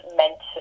meant